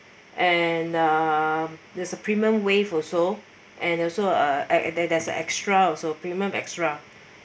and uh there's a premium wave also and also uh and and there there's an extra also premium extra